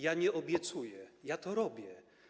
Ja nie obiecuję, ja to robię.